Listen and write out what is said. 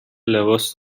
لباس